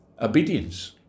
obedience